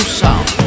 sound